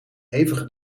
hevige